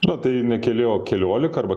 nu tai ne keli o keliolika arba